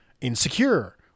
insecure